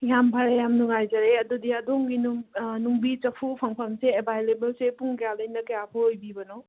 ꯌꯥꯝ ꯐꯔꯦ ꯌꯥꯝ ꯅꯨꯡꯉꯥꯏꯖꯔꯦ ꯑꯗꯨꯗꯤ ꯑꯗꯣꯝꯒꯤ ꯅꯨꯡ ꯅꯨꯡꯕꯤ ꯆꯐꯨ ꯐꯪꯐꯝꯁꯦ ꯑꯦꯕꯥꯏꯂꯦꯕꯜꯁꯦ ꯄꯨꯡ ꯀꯌꯥꯗꯩꯅ ꯀꯌꯥ ꯐꯥꯎ ꯑꯣꯏꯕꯤꯕꯅꯣ